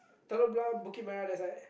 Telok-Blangah Bukit-Merah that side